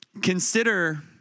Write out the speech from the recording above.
Consider